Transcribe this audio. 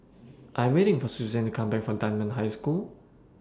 I Am waiting For Susann to Come Back from Dunman High School